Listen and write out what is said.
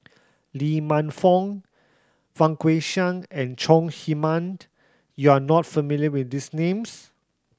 Lee Man Fong Fang Guixiang and Chong Heman you are not familiar with these names